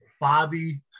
Bobby